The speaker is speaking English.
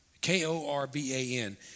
K-O-R-B-A-N